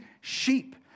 sheep